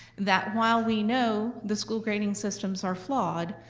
that, while we know the school grading systems are flawed,